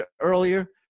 earlier